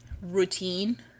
routine